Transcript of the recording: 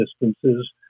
distances